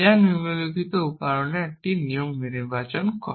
যা নিম্নলিখিত অনুমানের একটি নিয়ম নির্বাচন করে